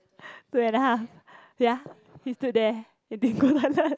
two and a half ya he stood there he didn't go toilet